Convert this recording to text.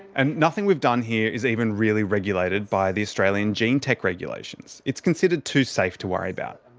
and nothing we've done here is even really regulated by the australian gene tech regulations. it's considered too safe to worry about.